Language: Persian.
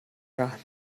رحم